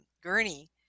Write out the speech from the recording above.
gurney